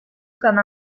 comme